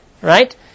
Right